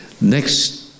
next